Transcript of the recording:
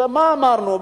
ומה אמרנו?